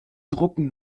drucken